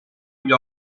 gli